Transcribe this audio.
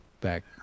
back